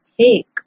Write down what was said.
take